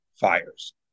fires